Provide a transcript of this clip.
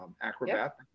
acrobat